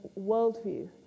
worldview